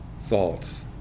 thoughts